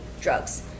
drugs